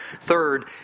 Third